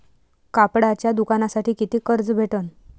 कापडाच्या दुकानासाठी कितीक कर्ज भेटन?